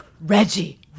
Reggie